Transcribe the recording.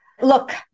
look